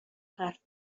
حرف